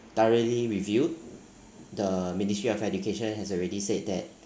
thoroughly reviewed the ministry of education has already said that